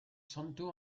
santo